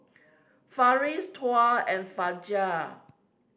Farish Tuah and Fajar